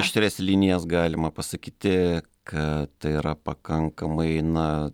aštrias linijas galima pasakyti kad tai yra pakankamai na